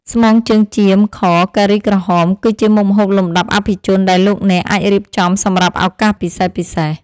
ស្មងជើងចៀម ខ ការីក្រហម គឺជាមុខម្ហូបលំដាប់អភិជនដែលលោកអ្នកអាចរៀបចំសម្រាប់ឱកាសពិសេសៗ។